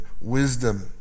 wisdom